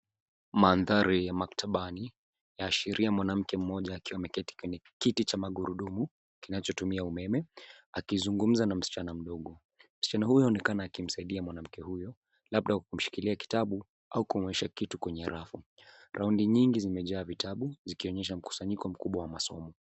Mandhari ya maktabani yaashiria mwanamke mmoja akiwa ameketi kwenye kiti cha magurusumu kinachotumia umeme akizungumza na msichana mdogo. Msichana huyo anaonekana akimsaidia mwanamke huyu labda anamshikilia kitabu au kumwonyesha kitu kwenye rafu. Rafu nyingi zimejaa vitabu zikionyesha mkusanyiko mkubwa wa masomo.